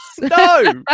No